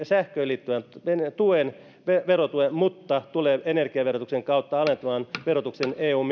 sähköön liittyvän verotuen mutta tulee energiaverotuksen kautta alentamaan verotuksen eun